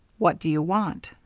what do you want?